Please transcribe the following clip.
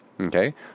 Okay